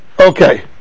Okay